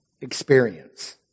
experience